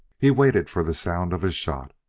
he waited for the sound of a shot.